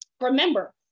remember